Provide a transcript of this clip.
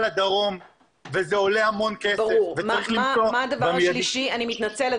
לדרום וזה עולה המון כסף וצריך למצוא במיידי --- אני מתנצלת,